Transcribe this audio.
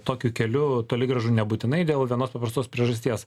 tokiu keliu toli gražu nebūtinai dėl vienos paprastos priežasties